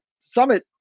summit